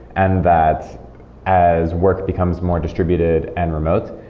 and that as work becomes more distributed and remote,